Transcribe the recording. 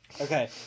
Okay